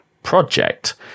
project